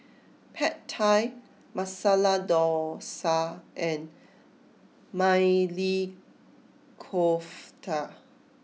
Pad Thai Masala Dosa and Maili Kofta